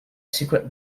secret